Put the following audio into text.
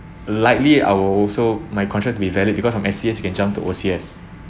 likely I will also my contract to be valid because from S_C_S you can jump to O_C_S